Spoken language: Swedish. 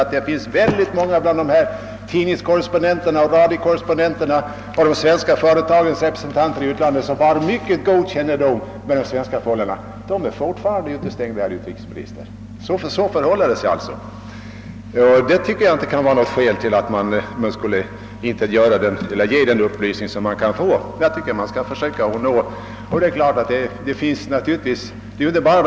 Vi har sagt att det finns en mängd tidningskorrespondenter, radiokorrespondenter och representanter för svenska företag i utlandet som har mycket god kännedom om svenska förhållanden men som fortfarande är utestängda från rösträtt. Så förhåller det sig, men det kan ju inte vara något skäl till att man inte skall lämna all den HRPLysIng som : går. att lämna till andra. Naturligtvis gäller det inte hara.